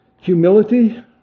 humility